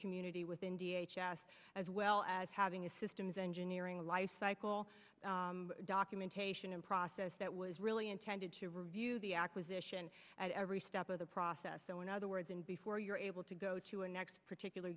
community within as well as having a systems engineering lifecycle documentation and process that was really intended to review the acquisition and every step of the process so in other words and before you're able to go to a next particular